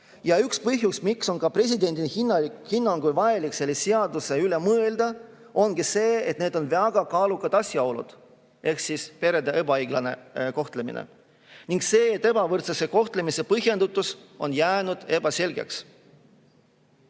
Ja üks põhjus, miks on ka presidendi hinnangul vajalik selle seaduse üle mõelda, ongi see, et need on kaalukad asjaolud ehk perede ebaõiglane kohtlemine, samuti see, et ebavõrdse kohtlemise põhjendatus on jäänud ebaselgeks.